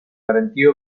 garantia